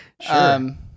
Sure